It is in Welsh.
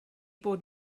bod